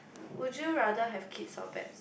would you rather have kids or pets